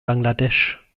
bangladesch